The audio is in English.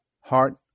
heart